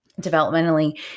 developmentally